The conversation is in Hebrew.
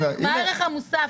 מה הערך המוסף?